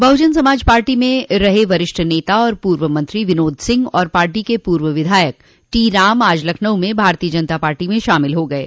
Bahujan Samaj party में रहे वरिष्ठ नेता और पूर्व मंत्री विनोद सिंह तथा पार्टी के पूर्व विधायक टीराम आज लखनऊ में भारतीय जनता पार्टी में शामिल हो गये